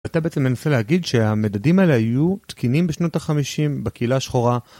אתה בעצם מנסה להגיד שהמדדים האלה היו תקינים בשנות החמישים בקהילה השחורה